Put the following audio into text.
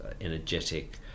energetic